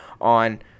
on